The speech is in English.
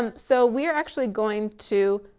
um so we're actually going to,